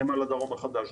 נמל הדרום החדש,